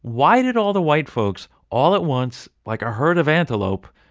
why did all the white folks, all at once, like a herd of antelope,